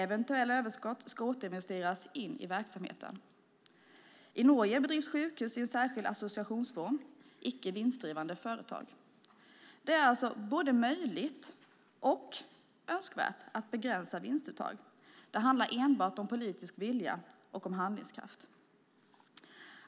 Eventuella överskott ska återinvesteras i verksamheten. I Norge bedrivs sjukhus i en särskild associationsform, icke vinstdrivande företag. Det är alltså både möjligt och önskvärt att begränsa vinstuttag. Det handlar enbart om politisk vilja och om handlingskraft.